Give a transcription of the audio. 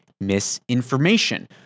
misinformation